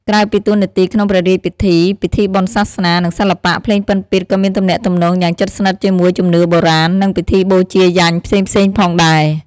ក្រៅពីតួនាទីក្នុងព្រះរាជពិធី ពិធីបុណ្យសាសនា និងសិល្បៈ ភ្លេងពិណពាទ្យ ក៏មានទំនាក់ទំនងយ៉ាងជិតស្និទ្ធជាមួយជំនឿបុរាណ និងពិធីបូជាយញ្ញផ្សេងៗផងដែរ។